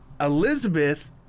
Elizabeth